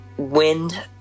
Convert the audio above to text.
Wind